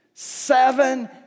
Seven